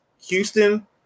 Houston